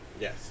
Yes